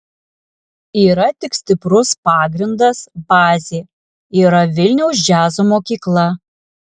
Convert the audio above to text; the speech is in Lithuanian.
yra tik stiprus pagrindas bazė yra vilniaus džiazo mokykla